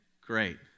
great